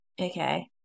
okay